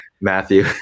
Matthew